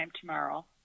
tomorrow